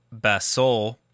Basol